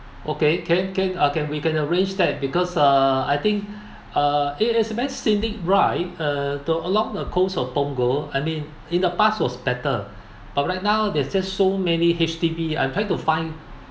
okay can can ah can we can arrange that because uh I think uh it is very scenic ride uh to along the coast of Punggol I mean in the past was better but right now there's just so many H_D_B I'm trying to find